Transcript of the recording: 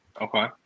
Okay